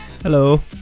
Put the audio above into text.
Hello